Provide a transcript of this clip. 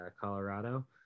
Colorado